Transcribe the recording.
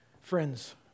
Friends